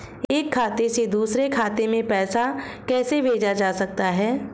एक खाते से दूसरे खाते में पैसा कैसे भेजा जा सकता है?